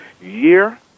year